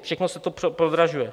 Všechno se to prodražuje.